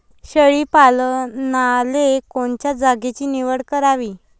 शेळी पालनाले कोनच्या जागेची निवड करावी?